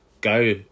go